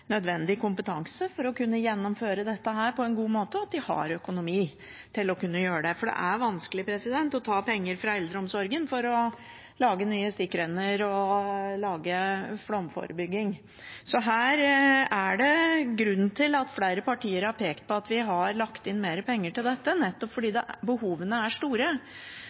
nødvendig kompetanse for å kunne gjennomføre dette på en god måte, og at de har økonomi til å kunne gjøre det. Det er vanskelig å ta penger fra eldreomsorgen til nye stikkrenner og flomforebygging. Så det er en grunn til at flere partier har pekt på at vi har lagt inn mer penger til dette. Det er fordi behovene er store.